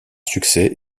succès